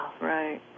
Right